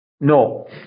No